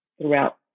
throughout